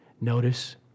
Notice